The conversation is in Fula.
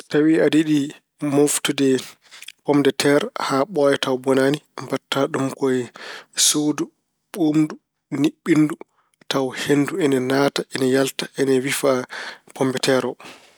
Tawi aɗa yiɗi mooftude pom de teer haa ɓooya tawa bonaani, mbaɗta ɗum ko e suudu ɓuuɓndu, niɓɓindu tawa henndu ena naata, ene yalta, wifa pom de teer o.